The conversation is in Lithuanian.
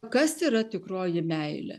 kas yra tikroji meilė